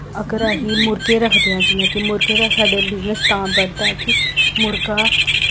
अगर असीं मुर्गे रखदे आं जियां कि मुर्गें दा साढ़े बिज़नस तां बधदा ऐ कि मुर्गा